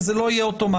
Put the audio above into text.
כי זה לא יהיה אוטומטי.